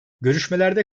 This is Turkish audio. görüşmelerde